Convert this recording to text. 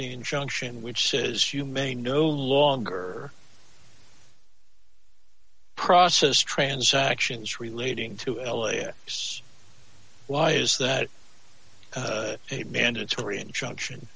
the injunction which says you may no longer process transactions relating to las why is that a mandatory injunction